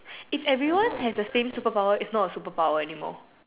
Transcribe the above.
if everyone has the same super power it's not a super power anymore